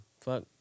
Fuck